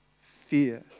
fear